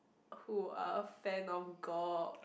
who are a fan of gore